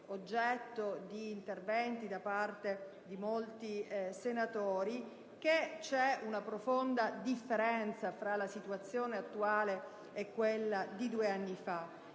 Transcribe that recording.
oggetto di interventi da parte di molti senatori, che c'è una profonda differenza fra la situazione attuale e quella di due anni fa;